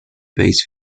base